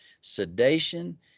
sedation